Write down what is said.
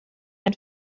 ein